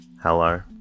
Hello